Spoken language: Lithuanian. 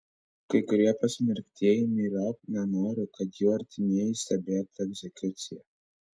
kai kurie pasmerktieji myriop nenori kad jų artimieji stebėtų egzekuciją